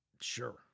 Sure